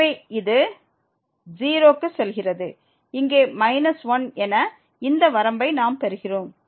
எனவே இது 0 க்கு செல்கிறது இங்கே 1 என இந்த வரம்பை நாம் பெறுகிறோம்